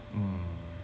hmm